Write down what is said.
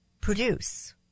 produce